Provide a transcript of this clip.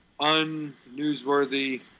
unnewsworthy